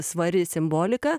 svari simbolika